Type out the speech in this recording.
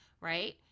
Right